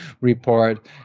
report